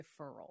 deferral